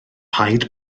paid